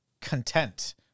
content